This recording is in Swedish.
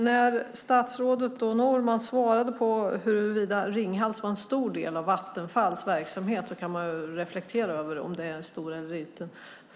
När statsrådet Peter Norman svarade på huruvida Ringhals var en stor del av Vattenfalls verksamhet kan man reflektera över om det är en stor eller liten del.